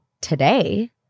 today